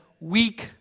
weak